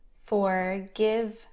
forgive